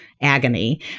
agony